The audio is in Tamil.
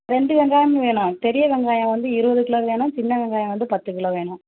ரெண்டு வெங்காயமும் வேணும் பெரிய வெங்காயம் வந்து இருபது கிலோ வேணும் சின்ன வெங்காயம் வந்து பத்து கிலோ வேணும்